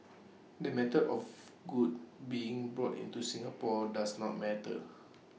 the method of goods being brought into Singapore does not matter